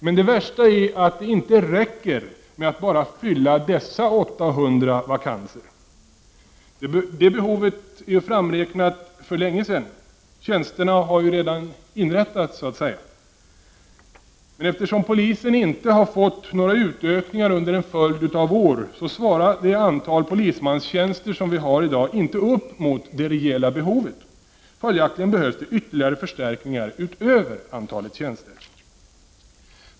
Men det värsta är att det inte räcker med att bara fylla dessa 800 vakanser. Det behovet är ju framräknat för länge sedan. Tjänsterna har ju redan så att säga inrättats. Eftersom polisen inte har fått några utökningar under en följd av år, svarar det antal polismanstjänster vi i dag har inte mot det reella behovet. Följaktligen behövs det ytterligare förstärkningar utöver antalet tjänster.